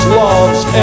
loves